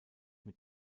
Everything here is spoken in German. mit